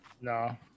No